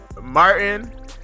martin